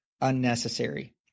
unnecessary